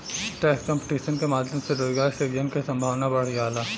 tax competition के माध्यम से रोजगार सृजन के संभावना बढ़ जाला